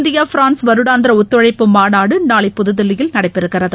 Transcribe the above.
India France வருடாந்திர ஒத்துழைப்பு மாநாடு நாளை புதுதில்லியில் நடைபெறுகிறது